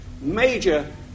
Major